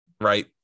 right